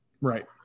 Right